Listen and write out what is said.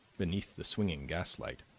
beneath the swinging gaslight,